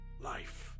life